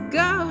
go